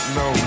no